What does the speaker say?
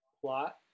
plot